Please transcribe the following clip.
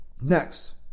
Next